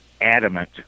adamant